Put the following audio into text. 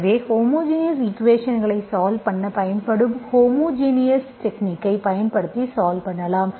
எனவே ஹோமோஜினஸ் ஈக்குவேஷன்ஸ்களை சால்வ் பண்ண பயன்படும் ஹோமோஜினஸ் டெக்நிக்கை பயன்படுத்தி சால்வ் பண்ணலாம்